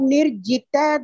Nirjita